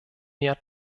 mehr